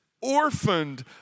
orphaned